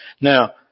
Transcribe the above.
Now